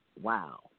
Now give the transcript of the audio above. Wow